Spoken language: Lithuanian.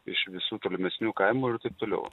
iš visų tolimesnių kaimų ir taip toliau